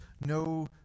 no